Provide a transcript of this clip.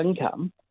income